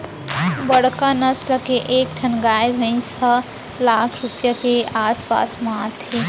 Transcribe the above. बड़का नसल के एक ठन गाय भईंस ह लाख रूपया के आस पास म आथे